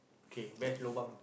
kay best lobang